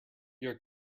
your